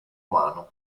umano